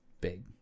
big